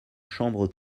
chambre